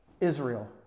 Israel